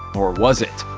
or was it?